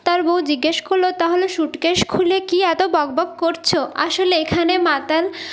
তার বউ জিজ্ঞেস করলো তাহলে স্যুটকেস খুলে কী এত বকবক করছো আসলে এখানে মাতাল